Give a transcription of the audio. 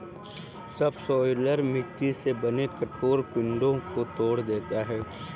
subsoiler मिट्टी से बने कठोर पिंडो को तोड़ देता है